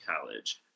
college